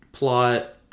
plot